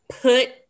put